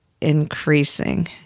increasing